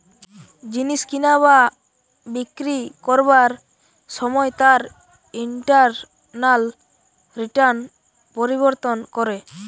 জিনিস কিনা বা বিক্রি করবার সময় তার ইন্টারনাল রিটার্ন পরিবর্তন করে